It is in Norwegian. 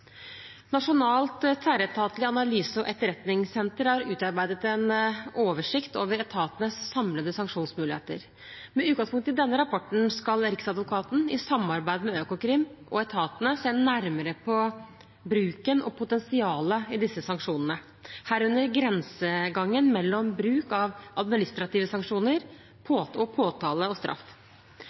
Nasjonalt tverretatlig analyse- og etterretningssenter har utarbeidet en oversikt over etatenes samlede sanksjonsmuligheter. Med utgangspunkt i denne rapporten skal Riksadvokaten i samarbeid med Økokrim og etatene se nærmere på bruken av og potensialet i disse sanksjonene, herunder grensegangen mellom bruk av administrative sanksjoner og påtale/straff. Det er viktig at politiets og